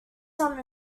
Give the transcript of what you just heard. some